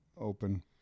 open